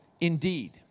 indeed